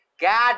God